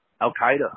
Al-Qaeda